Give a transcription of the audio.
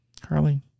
carly